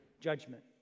judgment